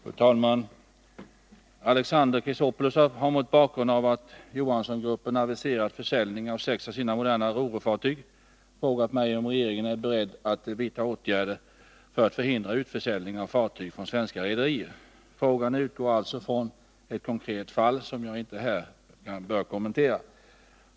Fru talman! Alexander Chrisopoulos har mot bakgrund av att Johanssongruppen aviserat försäljning av sex av sina moderna ro-ro-fartyg frågat mig om regeringen är beredd att vidta åtgärder för att förhindra utförsäljning av fartyg från svenska rederier. Frågan utgår alltså från ett konkret fall som jag inte här bör kommentera.